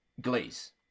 glaze